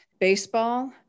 baseball